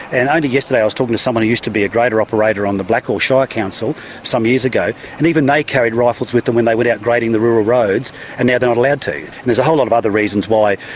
and only yesterday i was talking to someone who used to be a grader operator on the blackall shire council some years ago and even they carried rifles with them when they went out grading the rural roads and now they're not allowed to. and there is a whole lot of other reasons why,